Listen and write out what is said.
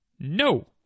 No